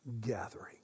gathering